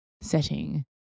setting